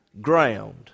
ground